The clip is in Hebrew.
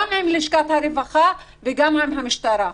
גם עם לשכת הרווחה וגם עם המשטרה.